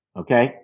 Okay